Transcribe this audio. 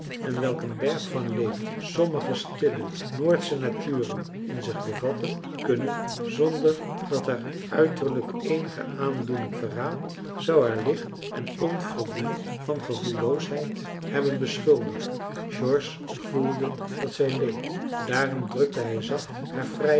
en welk een berg van leed sommige stille noordsche naturen in zich bevatten kunnen zonder dat haar uiterlijk eenige aandoening verraadt zou haar licht en onverdiend van gevoelloosheid hebben beschuldigd george voelde dat zij leed daarom drukte hij zacht